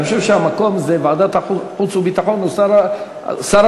אני חושב שהמקום זה ועדת החוץ והביטחון ושר הביטחון,